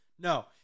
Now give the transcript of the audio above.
No